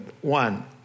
One